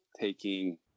taking